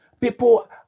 People